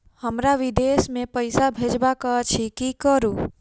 हमरा विदेश मे पैसा भेजबाक अछि की करू?